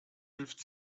hilft